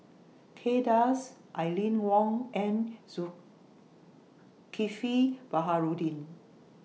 Kay Das Aline Wong and Zulkifli Baharudin